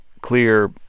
clear